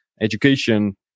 education